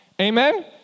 Amen